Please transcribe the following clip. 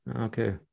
Okay